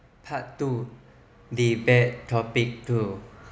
part two debate topic two